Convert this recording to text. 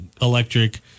electric